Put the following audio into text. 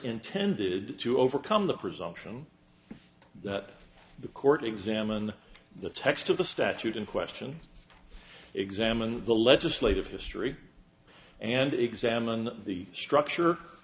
intended to overcome the presumption that the court examined the text of the statute in question examined the legislative history and examined the structure